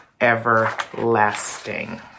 everlasting